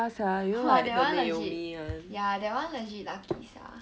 !wah! that one legit ya that one legit lucky sia